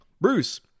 Bruce